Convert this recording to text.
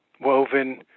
woven